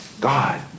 God